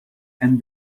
and